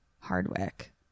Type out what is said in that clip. hardwick